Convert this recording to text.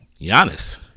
Giannis